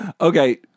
okay